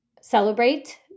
celebrate